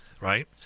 right